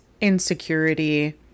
insecurity